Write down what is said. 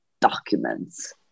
documents